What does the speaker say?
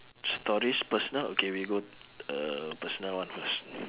stories personal okay we go uh personal one first